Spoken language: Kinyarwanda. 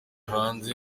hanze